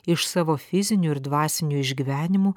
iš savo fizinių ir dvasinių išgyvenimų